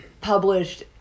published